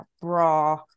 bra